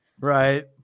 Right